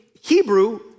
Hebrew